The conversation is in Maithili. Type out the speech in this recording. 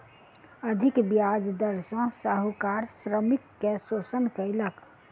अधिक ब्याज दर सॅ साहूकार श्रमिक के शोषण कयलक